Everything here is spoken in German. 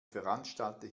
veranstalte